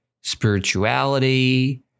spirituality